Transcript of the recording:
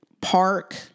park